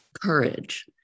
courage